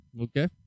okay